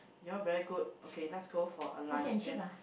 you all very good okay let's go for a lunch then